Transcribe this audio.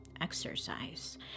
exercise